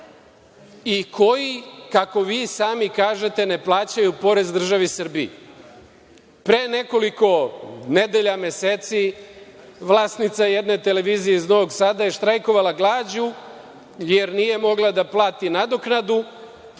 i koji, kako vi sami kažete, ne plaćaju porez državi Srbiji. Pre nekoliko nedelja, meseci, vlasnica jedne televizije iz Novog Sada je štrajkovala glađu jer nije mogla da plati nadoknadu